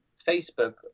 Facebook